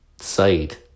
site